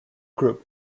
group